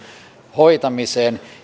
hoitamiseen